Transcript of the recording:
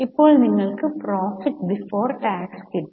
ഇപ്പോൾ നിങ്ങൾക് profit before tax കിട്ടി